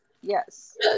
Yes